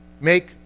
make